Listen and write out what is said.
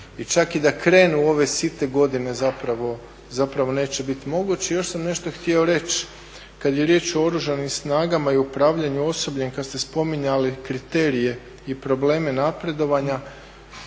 čak i krenu ove site godine zapravo neće biti moguć. Još sam nešto htio reći kada je riječ o oružanim snagama i upravljanju osobljem kada ste spominjali kriterije i probleme napredovanja,